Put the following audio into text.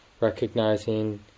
recognizing